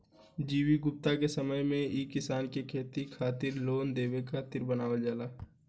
G V Gupta के समय मे ई किसान के खेती खातिर लोन देवे खातिर बनल बावे